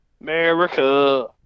America